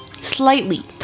slightly